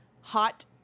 hot